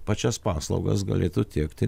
pačias paslaugas galėtų tiekti